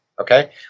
okay